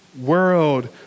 world